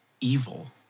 evil